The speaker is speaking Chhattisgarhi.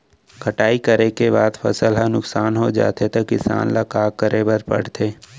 कटाई करे के बाद फसल ह नुकसान हो जाथे त किसान ल का करे बर पढ़थे?